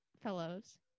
Fellows